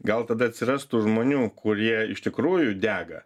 gal tada atsirastų žmonių kurie iš tikrųjų dega